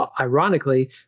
ironically